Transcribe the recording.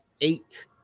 eight-